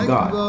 God